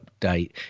update